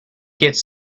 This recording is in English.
gets